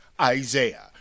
Isaiah